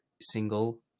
single